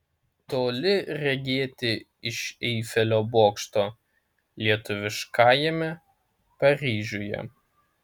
toli regėti iš eifelio bokšto lietuviškajame paryžiuje